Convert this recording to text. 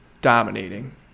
dominating